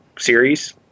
series